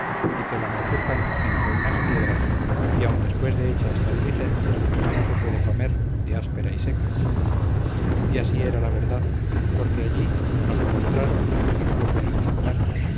y que la machucan entre unas piedras y aún después de hecha esta diligencia no se puede comer de áspera y seca y así era la verdad porque allí nos lo mostraron y no lo pudimos comer